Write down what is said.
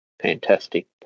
fantastic